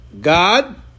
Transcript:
God